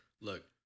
look